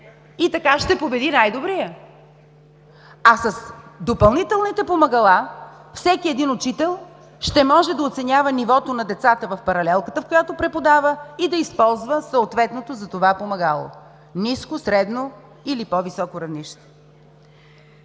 И така ще победи най-добрият. С допълнителните помагала, всеки един учител ще може да оценява нивото на децата в паралелката, в която преподава и да използва съответното за това помагало. Ниско, средно или по-високо равнище.